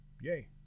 yay